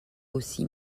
aussi